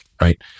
right